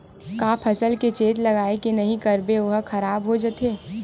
का फसल के चेत लगय के नहीं करबे ओहा खराब हो जाथे?